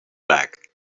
bag